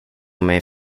mig